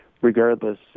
regardless